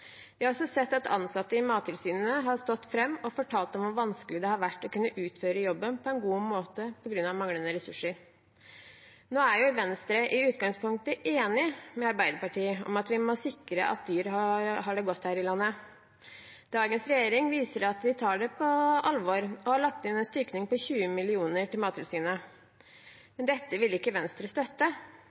Vi har også sett at ansatte i Mattilsynet har stått fram og fortalt om hvor vanskelig det har vært å kunne utføre jobben på en god måte på grunn av manglende ressurser. Nå er jo Venstre i utgangspunktet enig med Arbeiderpartiet i at vi må sikre at dyr har det godt her i landet. Dagens regjering viser at vi tar det på alvor og har lagt inn en styrking på 20 mill. kr til Mattilsynet, men dette ville ikke Venstre støtte.